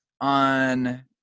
on